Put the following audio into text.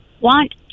want